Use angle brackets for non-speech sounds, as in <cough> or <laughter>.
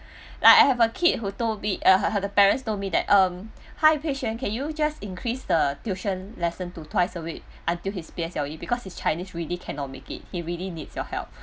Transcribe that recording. <noise> like I have a kid who told me uh her the parents told me that um hi pei shen can you just increase the tuition lesson to twice a week until his P_S_L_E because his chinese really cannot make it he really needs your help